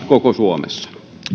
koko suomessa